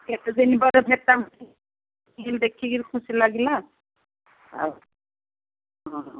କେତେ ଦିନ ପରେ ଭେଟ ଦେଖିକିରି ଖୁସି ଲାଗିଲା ଆଉ ହଁ ହଁ